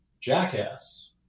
jackass